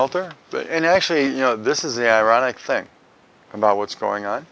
end actually you know this is the ironic thing about what's going on